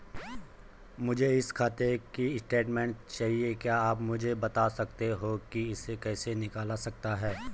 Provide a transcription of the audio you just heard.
मुझे खाते की स्टेटमेंट चाहिए क्या आप मुझे बताना सकते हैं कि मैं इसको कैसे निकाल सकता हूँ?